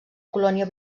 colònia